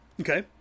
okay